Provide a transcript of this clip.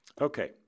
Okay